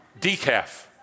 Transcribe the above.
Decaf